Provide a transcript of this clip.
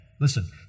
Listen